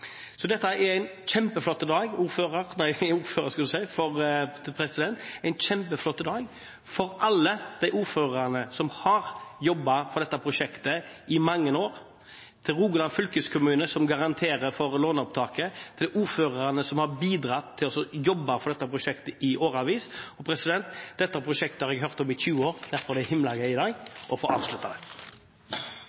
Så dette er en kjempeflott dag for alle de ordførerne som har jobbet på dette prosjektet i mange år, for Rogaland fylkeskommune som garanterer for låneopptaket, for ordførerne som har bidratt til å jobbe for dette prosjektet i årevis. Dette prosjektet har jeg hørt om i 20 år. Derfor er det himla gøy i dag